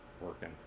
working